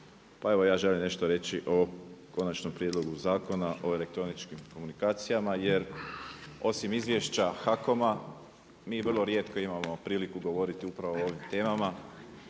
Pa evo ja želim nešto reći o Konačnom prijedlogu Zakona o elektroničkim komunikacijama jer osim izvješća HAKOM-a mi imamo vrlo rijetko priliku govoriti upravo o ovim temama